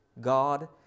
God